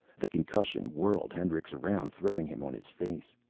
the concussion whirled hendricks around, throwing him on his face.